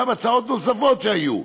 וגם הצעות נוספות שהיו,